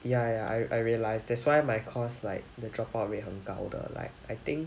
ya ya I I realise that's why my course like the dropout rate 很高的 like I think